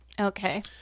Okay